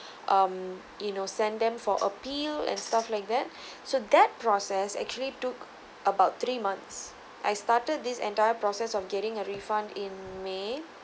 um you know send them for appeal and stuff like that so that process actually took about three months I started this entire process of getting a refund in may